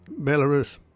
Belarus